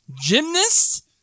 gymnast